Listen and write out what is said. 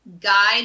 Guide